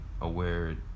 aware